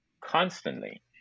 constantly